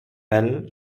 well